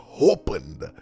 opened